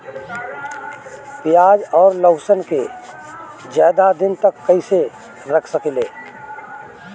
प्याज और लहसुन के ज्यादा दिन तक कइसे रख सकिले?